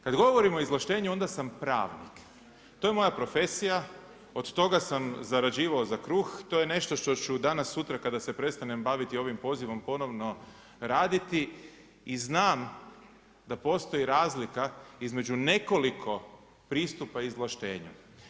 Kada govorimo o izvlaštenju onda sam pravnik, to je moja profesija, od toga sam zarađivao za kruh, to je nešto što ću danas sutra kada se prestanem baviti ovim pozivom ponovno raditi i znam da postoji razlika između nekoliko pristupa izvlaštenja.